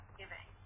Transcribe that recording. giving